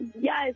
Yes